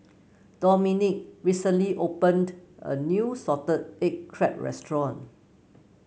Domenick recently opened a new Salted Egg Crab restaurant